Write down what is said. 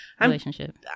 relationship